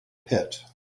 pit